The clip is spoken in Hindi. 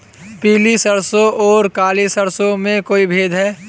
पीली सरसों और काली सरसों में कोई भेद है?